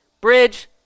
Bridge